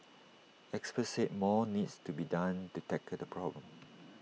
experts said more needs to be done to tackle the problem